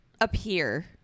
Appear